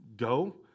go